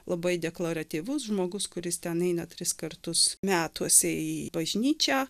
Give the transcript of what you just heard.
labai deklaratyvus žmogus kuris ten eina tris kartus metuose į bažnyčią